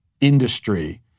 industry